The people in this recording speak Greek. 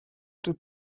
του